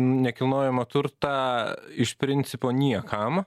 nekilnojamą turtą iš principo niekam